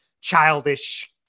childish